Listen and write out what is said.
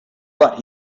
but